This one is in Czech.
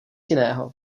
jiného